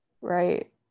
right